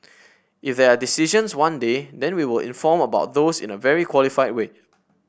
if there are decisions one day then we will inform about those in a very qualified way